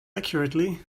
accurately